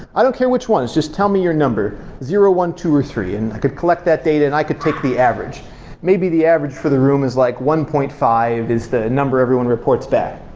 i don't care which one, just tell me your number zero, one, two or three, and i could collect that data and i could take the average maybe the average for the room is like one point five is the number everyone reports back.